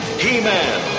he-man